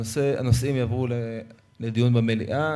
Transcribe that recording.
הנושאים יעברו לדיון במליאה.